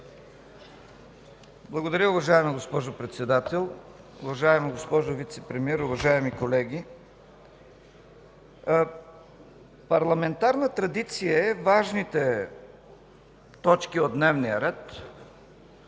Благодаря, уважаема госпожо Председател. Уважаема госпожо Вицепремиер, уважаеми колеги! Парламентарна традиция е важните точки от дневния ред